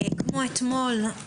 כמו אתמול,